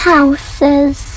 Houses